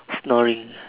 snoring